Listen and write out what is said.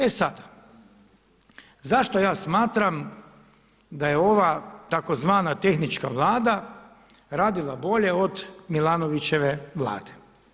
E sada, zašto ja smatram da je ova tzv. tehnička Vlada radila bolje od Milanovićeve Vlade.